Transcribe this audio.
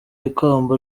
ikamba